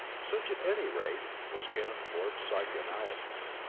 such at any rate was kenneth forbes's psycho-analysis,